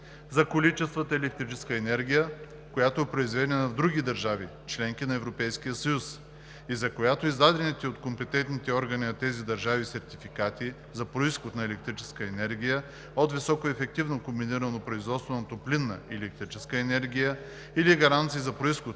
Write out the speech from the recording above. за количествата електрическа енергия, която е произведена в други държави – членки на Европейския съюз, и за която издадените от компетентните органи на тези държави сертификати за произход на електрическа енергия от високоефективно комбинирано производство на топлинна и електрическа енергия или гаранции за произход